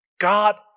God